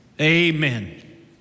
Amen